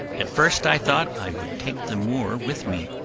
at first i thought i would take the moor with me,